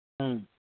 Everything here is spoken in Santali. ᱦᱩᱸ